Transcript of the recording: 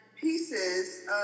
pieces